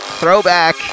throwback